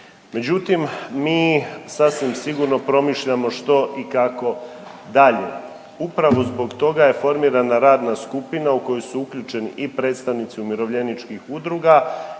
Međutim, mi sasvim sigurno promišljamo što i kako dalje. Upravo zbog toga je formirana radna skupina u koju su uključeni i predstavnici umirovljeničkih udruga